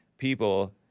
people